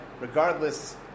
Regardless